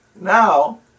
Now